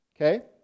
Okay